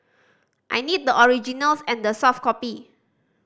I need the originals and the soft copy